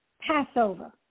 Passover